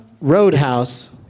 Roadhouse